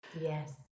Yes